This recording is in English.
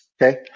Okay